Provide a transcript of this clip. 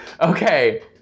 Okay